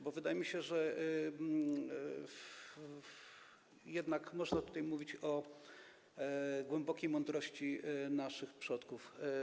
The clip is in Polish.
Bo wydaje mi się, że jednak można tutaj mówić o głębokiej mądrości naszych przodków.